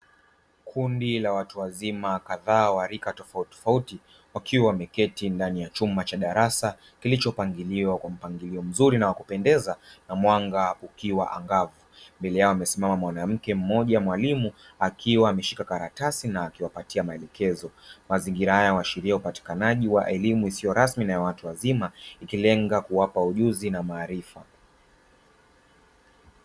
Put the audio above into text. Kundi la watu wazima kadhaa wa rika tofautitofauti wakiwa wameketi ndani ya chumba cha darasa, kilichopangiliwa kwa mpangilio mzuri na wakupendeza na mwanga ukiwa angavu mbele yao amesimama mwanamke mmoja mwalimu, akiwa ameshika karatasi na akiwapatia maelekezo. Mazingira haya huashiria upatikanaji wa elimu isiyo rasmi na ya watu wazima ikilenga kuwapa ujuzi na maarifa.